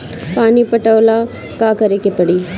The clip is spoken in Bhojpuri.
पानी पटावेला का करे के परी?